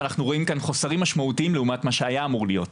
ואנחנו רואים חוסרים משמעותיים לעומת מה שהיה אמור להיות.